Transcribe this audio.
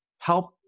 help